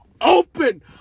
open